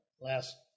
last